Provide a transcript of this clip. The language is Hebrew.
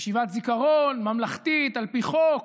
זיכרון ממלכתית, על פי חוק.